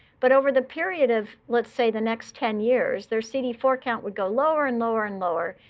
but over the period of, let's say, the next ten years, their c d four count would go lower and lower and lower.